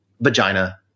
vagina